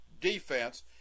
defense